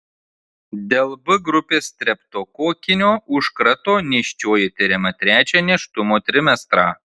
dėl b grupės streptokokinio užkrato nėščioji tiriama trečią nėštumo trimestrą